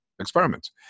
Experiments